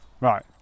Right